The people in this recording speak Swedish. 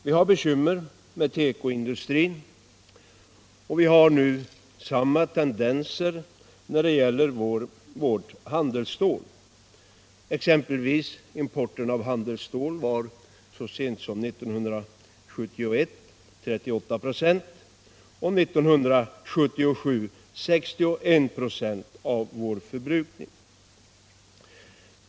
Vi har bekymmer med tekoindustrin. Vi har samma tendenser när det gäller vårt handelsstål. Importen av handelsstål 1971 var 38 96 och 1977 61 96 av vår egen förbrukning.